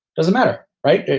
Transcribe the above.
doesn't matter. right?